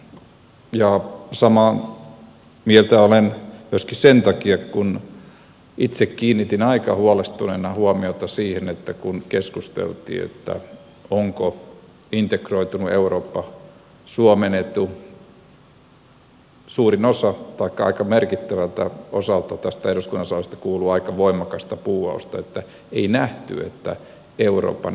samaa mieltä olen myöskin sen takia kun itse kiinnitin aika huolestuneena huomiota siihen että kun keskusteltiin onko integroitunut eurooppa suomen etu niin aika merkittävältä osalta tästä eduskunnan salista kuuluu aika voimakasta buuausta eli ei nähty että euroopan integraatio on suomen etu